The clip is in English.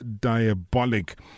diabolic